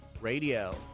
Radio